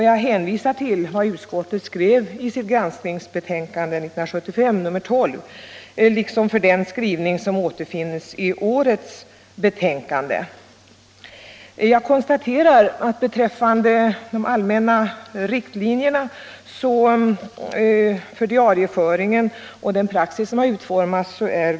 Jag hänvisar till vad utskottet skrev i sitt granskningsbetänkande 1975:12 liksom till den skrivning som återfinns i årets betänkande. Jag konstaterar att vi är överens beträffande de allmänna riktlinjerna för diarieföring och den praxis som har utbildats.